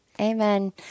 Amen